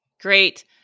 Great